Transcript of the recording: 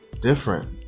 different